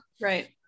Right